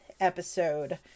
episode